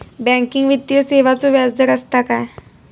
Banking वित्तीय सेवाचो व्याजदर असता काय?